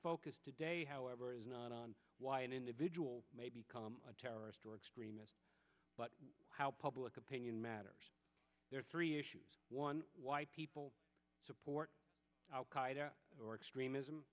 focus today however is not on why an individual may become a terrorist or extremist but how public opinion matters there are three issues one why people support al qaeda or extremism